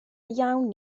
iawn